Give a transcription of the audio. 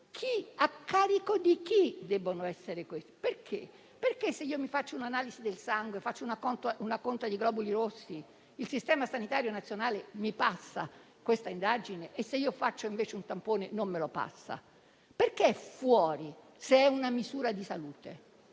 a carico di chi doveva essere. Perché se faccio un'analisi del sangue o una conta di globuli rossi il sistema sanitario nazionale mi passa questa indagine e se faccio un tampone non me lo passa? Perché è fuori, se è una misura di salute